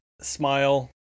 smile